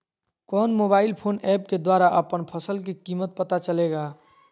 कौन mobile phone app के द्वारा अपन फसल के कीमत पता चलेगा?